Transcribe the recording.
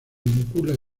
vincula